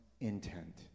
intent